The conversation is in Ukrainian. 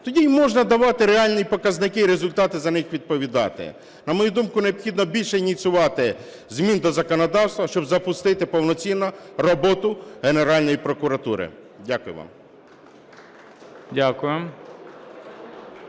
тоді і можна давати реальні показники і результати, за них відповідати. На мою думку необхідно більше ініціювати змін до законодавства, щоб запустити повноцінно роботу Генеральної прокуратури. Дякую вам.